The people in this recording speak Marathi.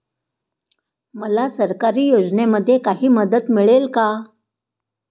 मला सरकारी योजनेमध्ये काही मदत मिळेल का?